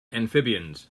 amphibians